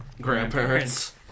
grandparents